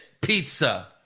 pizza